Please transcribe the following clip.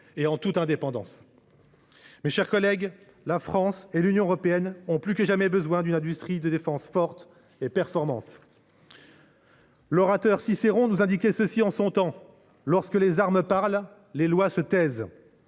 se doit d’intervenir. Mes chers collègues, la France et l’Union européenne ont plus que jamais besoin d’une industrie de défense forte et performante. L’orateur Cicéron disait en son temps :« Quand les armes parlent, les lois se taisent.